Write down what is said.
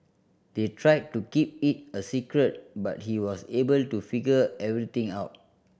they tried to keep it a secret but he was able to figure everything out